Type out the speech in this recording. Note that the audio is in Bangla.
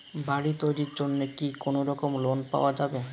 বাড়ি তৈরির জন্যে কি কোনোরকম লোন পাওয়া যাবে?